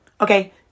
Okay